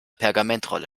pergamentrolle